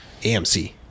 AMC